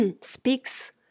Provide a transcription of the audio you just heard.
speaks